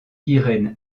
irene